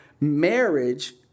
Marriage